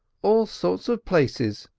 all sorts of places,